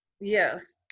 Yes